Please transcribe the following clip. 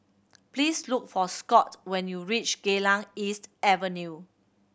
please look for Scott when you reach Geylang East Avenue